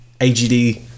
AGD